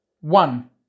one